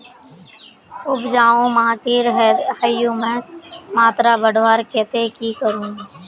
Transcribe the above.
उपजाऊ माटिर ह्यूमस मात्रा बढ़वार केते की करूम?